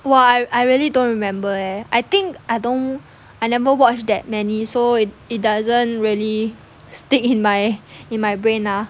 !wah! I really I really don't remember eh I think I don't I never watch that many so it doesn't really stick in my in my brain ah